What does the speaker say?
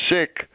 sick